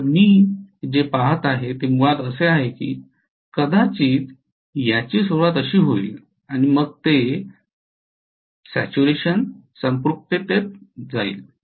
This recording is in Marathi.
तर मी जे पहात आहे ते मुळात असे आहे की कदाचित याची सुरूवात अशी होईल आणि मग ते संपृक्ततेत जाईल